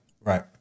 Right